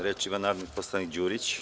Reč ima narodni poslanik Đurić.